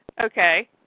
Okay